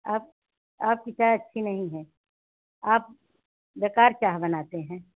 आप आपकी चाय अच्छी नहीं है आप बेकार चाह बनाते हैं